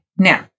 Now